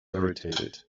irritated